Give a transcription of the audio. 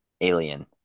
alien